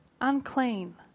Unclean